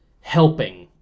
helping